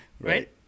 Right